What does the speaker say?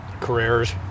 careers